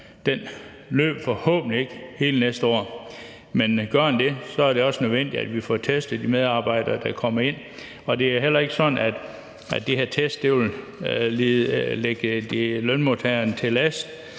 Den løber forhåbentlig ikke hele næste år, men gør den det, er det også nødvendigt, at vi får testet de medarbejdere, vi får ind. Det er heller ikke sådan, at de her test vil være til skade